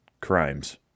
crimes